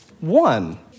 one